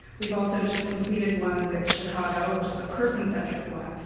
we've also just completed one with chicago, which is a person-centric one,